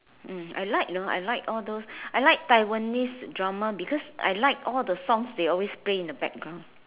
mm I like know I like all those I like Taiwanese drama because I like all the songs they always play in the background